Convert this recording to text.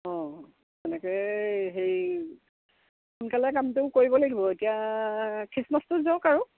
অঁ তেনেকে হেৰি সোনকালে কামটো কৰিব লাগিব এতিয়া খ্ৰীষ্টমাছটো যাওক আৰু